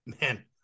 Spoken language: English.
man